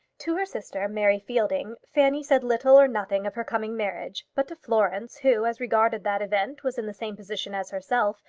to her sister, mary fielding, fanny said little or nothing of her coming marriage, but to florence, who, as regarded that event, was in the same position as herself,